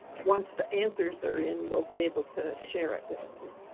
once the answers are in, we'll be able to share it with you.